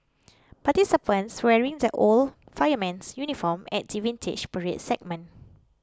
participants wearing the old fireman's uniform at the Vintage Parade segment